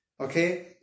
Okay